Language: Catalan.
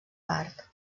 part